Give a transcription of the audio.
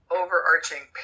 overarching